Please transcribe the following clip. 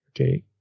okay